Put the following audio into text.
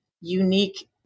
unique